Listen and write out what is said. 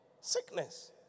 Sickness